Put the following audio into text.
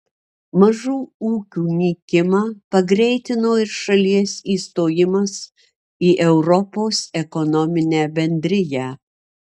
mažų ūkių nykimą pagreitino ir šalies įstojimas į europos ekonominę bendriją